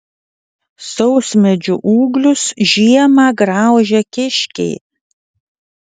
sausmedžių ūglius žiemą graužia kiškiai